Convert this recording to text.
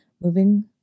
moving